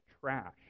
trash